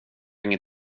inget